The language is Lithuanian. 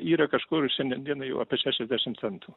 yra kažkur šiandien dienai jau apie šešiasdešim centų